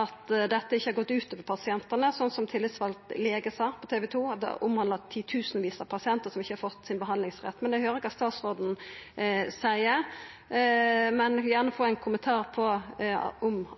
at dette ikkje har gått ut over pasientane, sånn som tillitsvald lege sa på TV 2, at det omhandla titusenvis av pasientar, som ikkje har fått sin behandlingsrett? Eg høyrer kva statsråden seier, men eg vil gjerne få ein kommentar på om dette er ein konklusjon, eller om